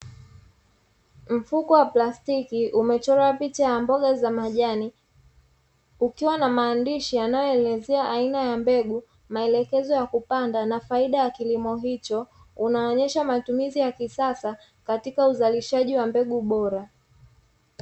Mfuko wa plastiki umechorwa picha ya mboga za majani, kukiwa na maandishi yanayoelezea aina ya mbegu, maelekezo ya kupanda na faida ya kilimo hicho. Unaonesha matumizi ya kisasa katika uzalishaji wa mbegu bora.